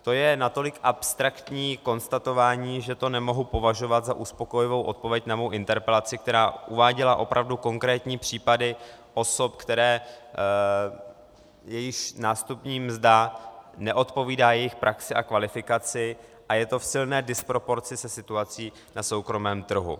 To je natolik abstraktní konstatování, že to nemohu považovat za uspokojivou odpověď na svou interpelaci, která uváděla opravdu konkrétní případy osob, jejichž nástupní mzda neodpovídá jejich praxi a kvalifikaci, a je to v silné disproporci se situací na soukromém trhu.